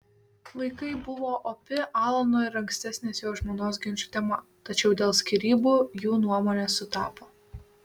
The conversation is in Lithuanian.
vaikai buvo opi alano ir ankstesnės jo žmonos ginčų tema tačiau dėl skyrybų jų nuomonės sutapo